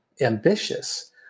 ambitious